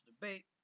debate